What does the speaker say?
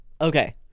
Okay